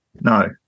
No